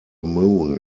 moon